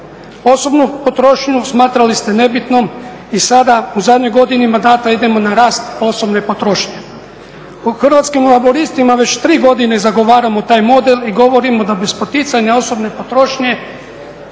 Osobnu potrošnju smatrali ste nebitnom i sada u zadnjoj godini mandata idemo na rast osobne potrošnje. U Hrvatskim laburistima već tri godine zagovaramo taj model i govorimo da bez poticanja osobne potrošnje